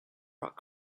rock